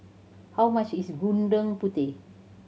how much is Gudeg Putih